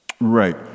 Right